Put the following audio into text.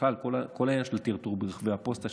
בכלל כל העניין של טרטור ברחבי הארץ בפוסטה,